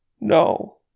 No